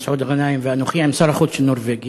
מסעוד גנאים ואנוכי עם שר החוץ של נורבגיה,